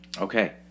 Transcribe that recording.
Okay